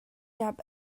ṭap